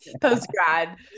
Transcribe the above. post-grad